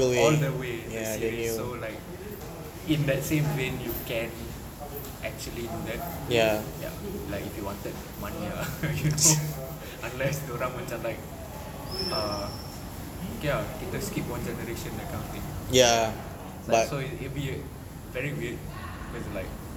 all the way the series so like in that same vein you can actually do that ya like if you wanted money ah you know unless dia orang macam like ah okay ah kita skip one generation that kind of thing so it will be very weird it will be like